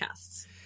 podcasts